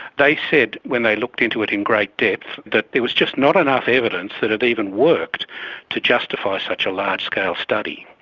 they said when they looked into it in great depth that there was just not enough evidence that it even worked to justify such a large scale study.